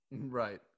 right